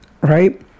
right